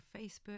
Facebook